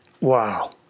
Wow